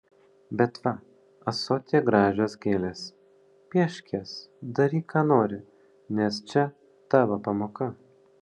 bet va ąsotyje gražios gėlės piešk jas daryk ką nori nes čia tavo pamoka